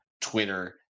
Twitter